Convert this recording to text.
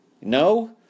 No